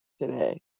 today